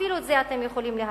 אפילו את זה אתם יכולים להגיד.